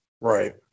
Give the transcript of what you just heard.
Right